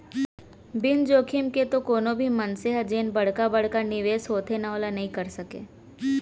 बिना जोखिम के तो कोनो भी मनसे ह जेन बड़का बड़का निवेस होथे ना ओला नइ करे सकय